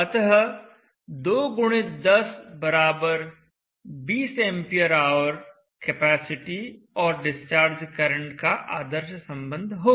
अतः 2 10 20 ampere hour capacity और discharge current का आदर्श संबंध होगा